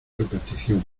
superstición